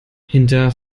hinter